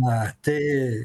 na tai